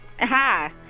Hi